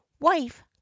wife